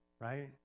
right